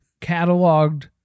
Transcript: cataloged